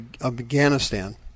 Afghanistan